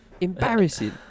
Embarrassing